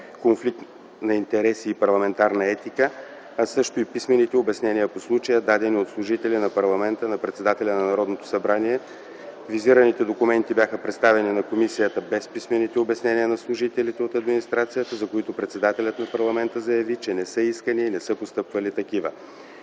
конфликт на интереси и парламентарна етика, а също и писмените обяснения по случая, дадени от служители на парламента на председателя на Народното събрание. Визираните документи бяха предоставени на комисията, без писмените обяснения на служителите от администрацията, за които председателят на парламента заяви, че не са искани и не са постъпили такива.